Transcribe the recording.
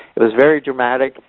it was very dramatic.